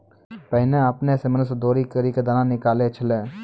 पहिने आपने सें मनुष्य दौरी करि क दाना निकालै छलै